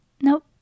Nope